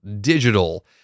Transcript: digital